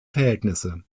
verhältnisse